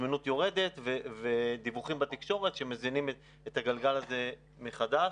הזמינות יורדת ויש דיווחים בתקשורת שמזינים את הגלגל הזה מחדש.